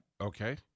Okay